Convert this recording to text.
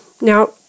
Now